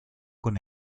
con